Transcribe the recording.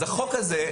החוק הזה,